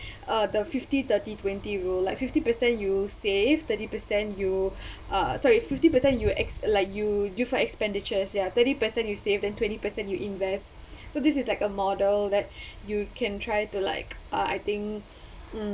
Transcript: uh the fifty thirty twenty rule like fifty percent you save thirty percent you uh sorry fifty percent you ex~ like you use for expenditures ya thirty percent you saved then twenty percent you invest so this is like a model that you can try to like uh I think mm